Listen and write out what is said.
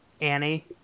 Annie